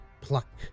pluck